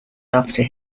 after